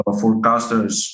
forecasters